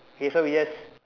okay so we just